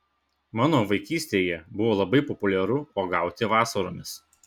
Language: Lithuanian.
mano vaikystėje buvo labai populiaru uogauti vasaromis